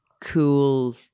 cool